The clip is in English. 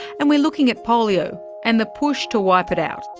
and we're looking at polio and the push to wipe it out.